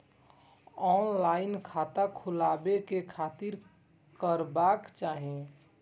Online खाता खोलाबे के खातिर कि करबाक चाही?